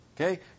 okay